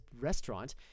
restaurant